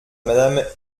madame